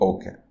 Okay